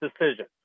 decision